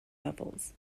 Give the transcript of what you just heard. levels